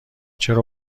چرا